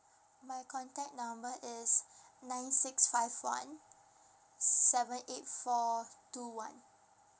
my contact number is nine six five one seven eight four two one